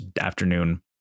afternoon